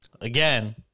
Again